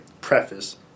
preface